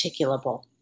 articulable